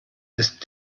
ist